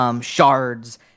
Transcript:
shards